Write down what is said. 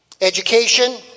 education